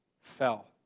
fell